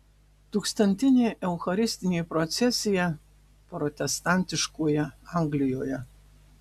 tūkstantinė eucharistinė procesija protestantiškoje anglijoje